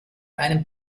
einem